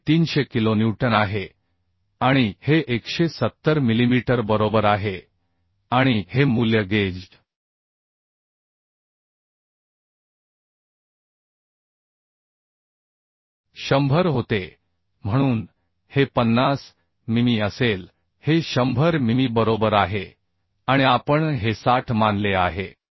तर हे 300 किलोन्यूटन आहे आणि हे 170 मिलीमीटर बरोबर आहे आणि हे मूल्य गेज 100 होते म्हणून हे 50 मिमी असेल हे 100 मिमी बरोबर आहे आणि आपण हे 60 मानले आहे